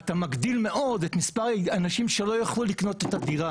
אתה מגדיל מאוד את מספר האנשים שלא יוכלו לקנות את הדירה.